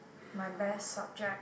my best subject